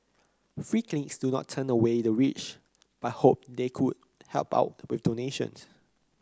free clinics do not turn away the rich but hope they would help out with donations